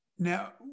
Now